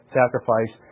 sacrifice